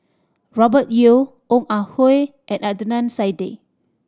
Robert Yeo Ong Ah Hoi and Adnan Saidi